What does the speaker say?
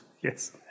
Yes